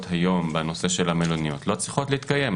היום בנושא של המלוניות לא צריכות להתקיים.